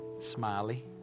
Smiley